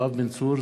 יואב בן צור,